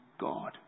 God